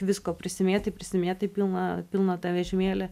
visko prisimėtai prisimėtai pilną pilną tą vežimėlį